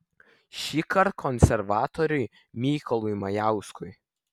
šįkart konservatoriui mykolui majauskui